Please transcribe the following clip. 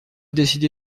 décider